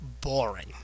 boring